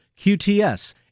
QTS